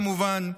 כמובן.